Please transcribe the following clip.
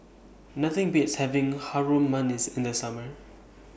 Nothing Beats having Harum Manis in The Summer